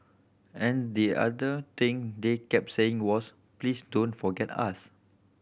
and the other thing they kept saying was please don't forget us